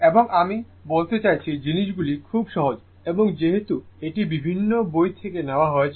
এবং আমি বলতে চাইছি জিনিসগুলি খুব সহজ এবং যেহেতু এটি বিভিন্ন বই থেকে নেওয়া হয়েছে